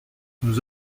nous